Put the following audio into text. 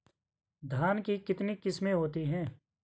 धान की कितनी किस्में होती हैं?